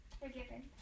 forgiven